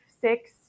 six